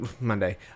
monday